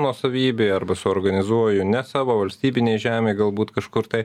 nuosavybėj arba suorganizuoju ne savo valstybinėj žemėj galbūt kažkur tai